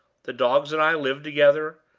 the dogs and i lived together,